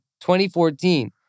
2014